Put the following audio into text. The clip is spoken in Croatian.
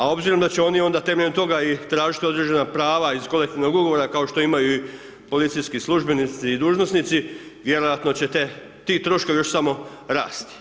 A obzirom da će oni onda temeljem toga i tražit određena prava iz Kolektivnog ugovora kao što imaju i policijski službenici i dužnosnici, vjerojatno će ti troškovi još samo rasti.